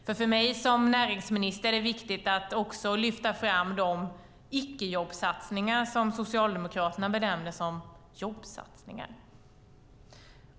För mig som näringsminister är det viktigt att också lyfta fram de ickejobbsatsningar som Socialdemokraterna benämner som jobbsatsningar.